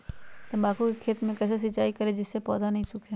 तम्बाकू के खेत मे कैसे सिंचाई करें जिस से पौधा नहीं सूखे?